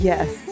Yes